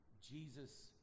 Jesus